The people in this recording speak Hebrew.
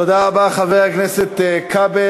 תודה רבה, חבר הכנסת כבל.